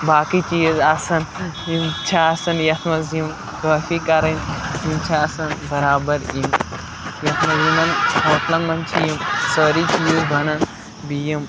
باقٕے چیٖز آسَان یِم چھِ آسَان یَتھ منٛز یِم کٲفی کَرٕنۍ یِم چھِ آسَان بَرابَر یِنۍ یَتھ منٛز یِمَن ہوٹلَن منٛز چھِ یِم سٲری چیٖز بَنان بیٚیہِ یِم